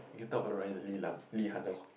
you can talk about Ryan Lee-Lang Lee-Han lor